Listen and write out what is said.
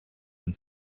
and